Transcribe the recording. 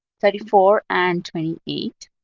thirty four, and twenty eight.